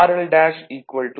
5 Ω மற்றும் RL' 7